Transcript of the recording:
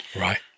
right